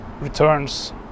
returns